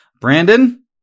Brandon